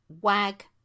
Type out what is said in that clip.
Wag